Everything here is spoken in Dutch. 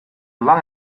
lang